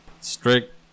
Strict